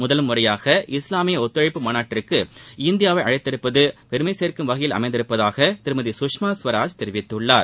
முதல் முறையாக இஸ்லாமிய ஒத்துழைப்பு மாநாட்டிற்கு இந்தியாவை அழைத்திருப்பது பெருமை சேர்க்கும் வகையில் அமைந்திருப்பதாக திருமதி சுஷ்மா ஸ்வராஜ் தெரிவித்துள்ளார்